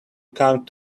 come